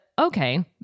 okay